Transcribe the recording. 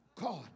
God